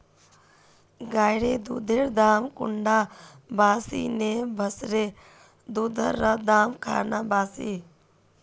गायेर दुधेर दाम कुंडा बासी ने भैंसेर दुधेर र दाम खान बासी?